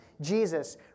Jesus